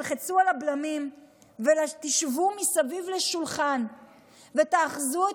תלחצו על הבלמים ותשבו מסביב לשולחן ותאחזו את